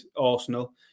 Arsenal